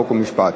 חוק ומשפט.